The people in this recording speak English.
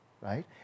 right